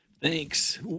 Thanks